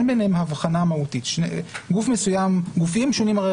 ביניהם הבחנה מהותית גופים שונים הרי